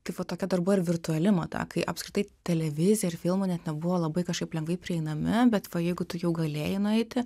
tai va tokia dar buvo ir virtuali mada kai apskritai televizija ir filmų net nebuvo labai kažkaip lengvai prieinami bet va jeigu tu jau galėjai nueiti